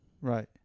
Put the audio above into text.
right